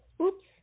oops